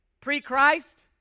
pre-Christ